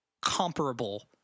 comparable